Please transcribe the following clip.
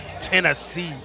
Tennessee